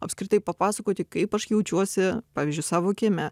apskritai papasakoti kaip aš jaučiuosi pavyzdžiui savo kieme